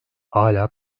hala